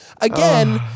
again